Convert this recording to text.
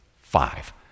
Five